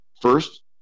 first